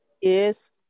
Yes